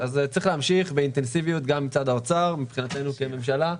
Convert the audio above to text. אז צריך להמשיך באינטנסיביות גם מצד האוצר ומבחינתנו כממשלה,